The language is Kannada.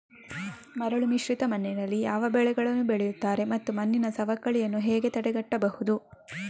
ಮರಳುಮಿಶ್ರಿತ ಮಣ್ಣಿನಲ್ಲಿ ಯಾವ ಬೆಳೆಗಳನ್ನು ಬೆಳೆಯುತ್ತಾರೆ ಮತ್ತು ಮಣ್ಣಿನ ಸವಕಳಿಯನ್ನು ಹೇಗೆ ತಡೆಗಟ್ಟಬಹುದು?